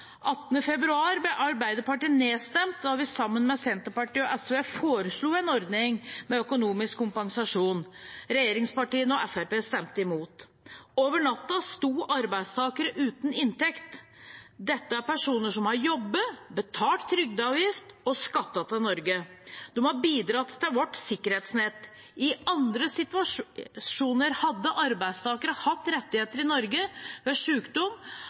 februar ble Arbeiderpartiet stemt ned da vi sammen med Senterpartiet og SV foreslo en ordning med økonomisk kompensasjon. Regjeringspartiene og Fremskrittspartiet stemte imot. Over natta sto arbeidstakerne uten inntekt. Dette er personer som har jobbet, betalt trygdeavgift og skattet i Norge. De har bidratt til vårt sikkerhetsnett. I andre situasjoner hadde arbeidstakerne hatt rettigheter i Norge: Ved